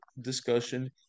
discussion